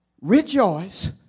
rejoice